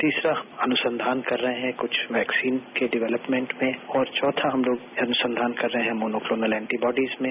तीसरा हम अनुसंधान कर रहे हैं कुछ वैक्सीन के डेवलप्मेंट में और चौथा हम लोग अनुसंधान कर रहे हैं मोनोफोनल एंटी बॉडीज में